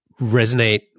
resonate